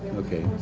okay.